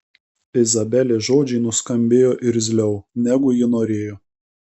izabelės žodžiai nuskambėjo irzliau negu ji norėjo